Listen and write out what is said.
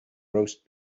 roast